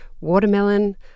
Watermelon